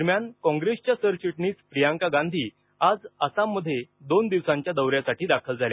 दरम्यान कॉंग्रेसच्या सरचिटणीस प्रियांका गांधी आज आसाममध्ये दोन दिवसांच्या दौऱ्यासाठी दाखल झाल्या